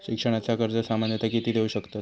शिक्षणाचा कर्ज सामन्यता किती देऊ शकतत?